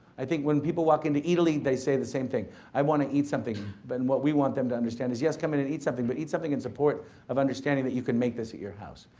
i think when people walk in to eataly, they say the same thing, i wanna eat something. but and what we want them to understand is, yes, come in and eat something, but eat something in support of understanding that you can make this at your house.